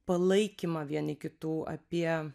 palaikymą vieni kitų apie